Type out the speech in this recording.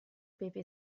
pepe